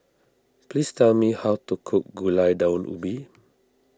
please tell me how to cook Gulai Daun Ubi